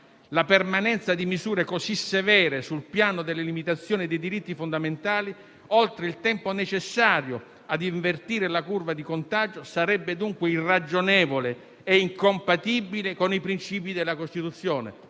La permanenza di misure così severe sul piano delle limitazioni dei diritti fondamentali oltre il tempo necessario ad invertire la curva del contagio sarebbe dunque irragionevole e incompatibile con i principi della Costituzione».